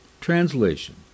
Translation